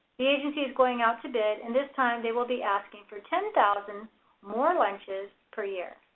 the agency is going out to bid and this time they will be asking for ten thousand more lunches per year.